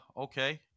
Okay